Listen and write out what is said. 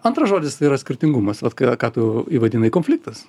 antras žodis tai yra skirtingumas vat ką ką tu įvadinai konfliktas